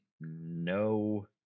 no